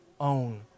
own